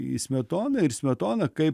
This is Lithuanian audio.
į smetoną ir smetoną kaip